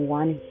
one